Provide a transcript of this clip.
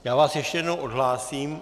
Já vás ještě jednou odhlásím.